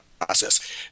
process